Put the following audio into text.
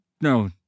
no